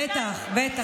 בטח, בטח.